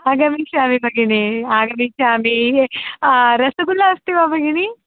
आगमिष्यामि भगिनि आगमिष्यामि रसगुल्ला अस्ति वा भगिनि